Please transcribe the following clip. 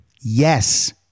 Yes